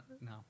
No